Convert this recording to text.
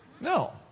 No